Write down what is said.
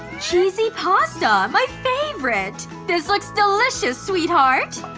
cheesy pasta, my favorite! this looks delicious, sweetheart!